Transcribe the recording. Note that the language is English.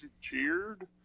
cheered